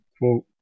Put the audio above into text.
quote